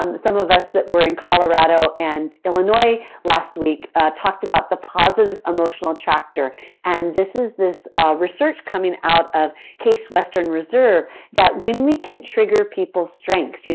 um some of us that were in colorado and illinois last week talked about the positive emotional attractor and this is some research coming out of case western reserve that when we can trigger people's strengths, you know